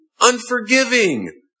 unforgiving